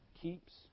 keeps